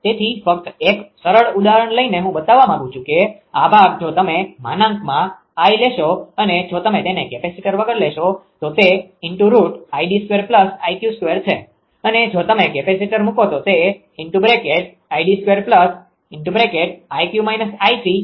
તેથી ફક્ત એક સરળ ઉદાહરણ લઈને હું બતાવવા માંગું છું કે આ ભાગ જો તમે |𝐼| લેશો અને જો તમે તેને કેપેસીટર વગર લેશો તો તે છે અને જો તમે કેપેસીટર મુકો તો તે 𝐼𝑑2 𝐼𝑞 − 𝐼𝑐2 છે